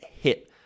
hit